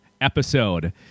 Episode